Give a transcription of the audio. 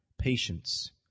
patience